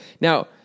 Now